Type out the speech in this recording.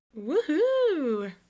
Woohoo